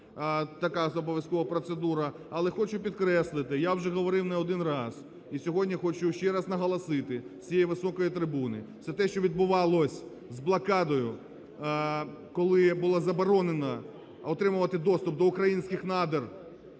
така обов'язкова процедура. Але хочу підкреслити, я вже говорив не один раз і сьогодні хочу ще раз наголосити з цієї високої трибуни, все те, що відбувалось з блокадою, коли було заборонено отримувати доступ до українських надр,